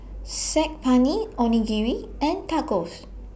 Saag Paneer Onigiri and Tacos